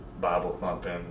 Bible-thumping